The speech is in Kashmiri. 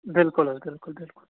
بِلکُل حظ بِلکُل بِلکُل